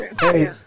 Hey